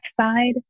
side